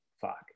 fuck